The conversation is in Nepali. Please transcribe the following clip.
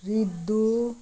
रिब्दु